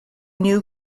new